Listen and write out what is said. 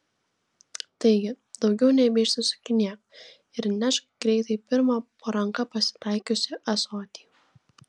taigi daugiau nebeišsisukinėk ir nešk greitai pirmą po ranka pasitaikiusį ąsotį